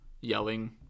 Yelling